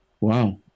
Wow